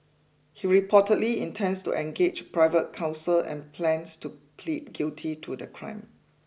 he reportedly intends to engage private counsel and plans to plead guilty to the crime